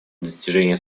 достижение